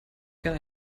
gerne